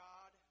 God